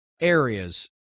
areas